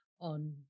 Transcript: on